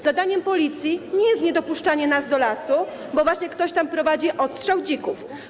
Zadaniem Policji nie jest niedopuszczanie nas do lasu, bo właśnie ktoś tam prowadzi odstrzał dzików.